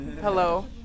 hello